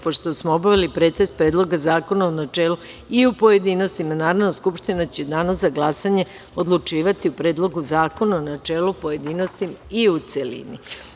Pošto smo obavili pretres Predloga zakona u načelu i u pojedinostima Narodna skupština će u danu za glasanje odlučivati o Predlogu zakona u načelu, pojedinostima i u celini.